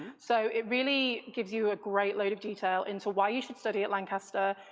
so, it really gives you a great load of detail into why you should study at lancaster,